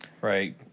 Right